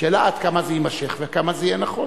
השאלה היא עד כמה זה יימשך וכמה זה יהיה נכון.